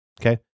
okay